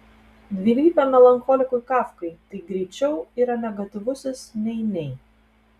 dvilypiam melancholikui kafkai tai greičiau yra negatyvusis nei nei